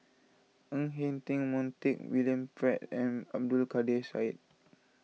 Ng Eng Teng Montague William Pett and Abdul Kadir Syed